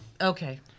Okay